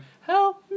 help